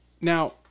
Now